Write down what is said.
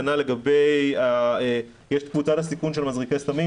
כנ"ל לגבי קבוצת הסיכון של מזריקי סמים,